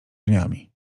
żeniami